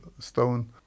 stone